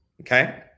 okay